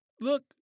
look